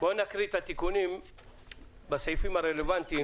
בואו נקרא את התיקונים בסעיפים הרלבנטיים